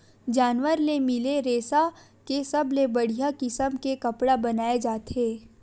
जानवर ले मिले रेसा के सबले बड़िया किसम के कपड़ा बनाए जाथे